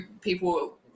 people